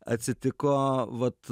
atsitiko vat